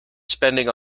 spending